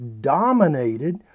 dominated